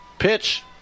Pitch